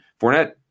Fournette